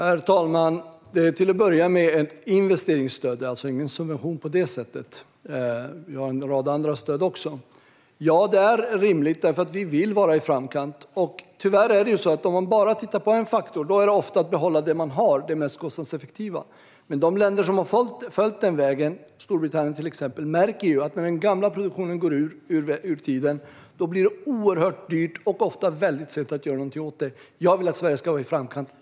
Herr talman! Det är till att börja med ett investeringsstöd. Det är alltså ingen subvention på det sättet. Vi har en rad andra stöd också. Ja, det är rimligt, för vi vill vara i framkant. Om man bara tittar på en faktor är det mest kostnadseffektiva tyvärr ofta att behålla det man har. Men de länder som har följt den vägen, till exempel Storbritannien, märker ju att när den gamla produktionen går ur tiden blir det oerhört dyrt och ofta väldigt sent att göra någonting åt det. Jag vill att Sverige ska vara i framkant.